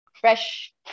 fresh